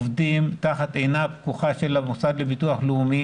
עובדים תחת עינו הפקוחה של המוסד לביטוח לאומי